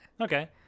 Okay